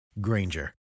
Granger